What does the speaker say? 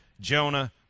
Jonah